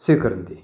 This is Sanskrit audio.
स्वीकुर्वन्ति